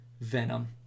Venom